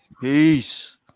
Peace